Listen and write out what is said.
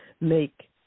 make